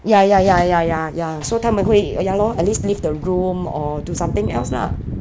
ya ya ya ya ya ya so 他们会 ya lor at least leave the room or do something else lah